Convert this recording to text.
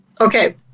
Okay